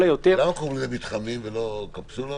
היותר" --- למה קוראים לזה מתחמים ולא קפסולות?